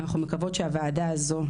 ואנחנו מקוות שהוועדה הזו,